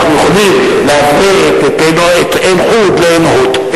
אנחנו יכולים לעברת את עין-חוד לעין-הוד,